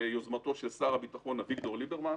ביוזמתו של שר הביטחון אביגדור ליברמן.